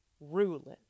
ruling